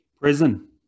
Prison